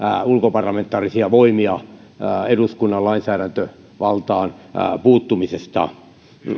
ulkoparlamentaarisia voimia eduskunnan lainsäädäntövaltaan puuttumisesta